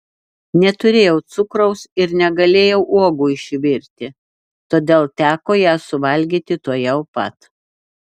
neturėjau cukraus ir negalėjau uogų išvirti todėl teko jas suvalgyti tuojau pat